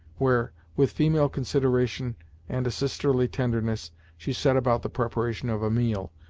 where, with female consideration and a sisterly tenderness she set about the preparation of a meal,